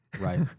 Right